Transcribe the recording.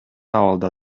абалда